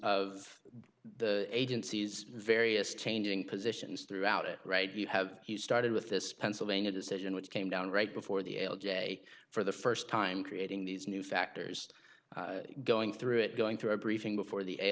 of the agencies various changing positions throughout it right you have he started with this pennsylvania decision which came down right before the l j for the first time creating these new factors going through it going through a briefing